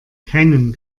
keinen